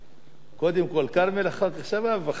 קודם כול כרמל, אחר כך שאמה ואחר כך הכהן.